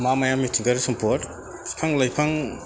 मा माया मिथिंगायारि सम्पद बिफां लाइफां